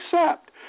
accept